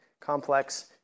complex